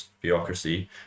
bureaucracy